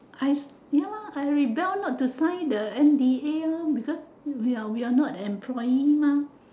I ya lah I rebel lah to sign the N_D_A lor because we are we are not employee mah